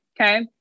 okay